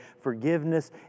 forgiveness